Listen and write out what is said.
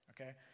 okay